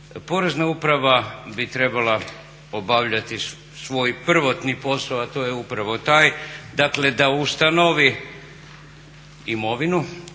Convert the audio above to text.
Porezna uprava bi trebala obavljati svoj prvotni posao, a to je upravo taj, dakle da ustanovi imovinu